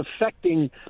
affecting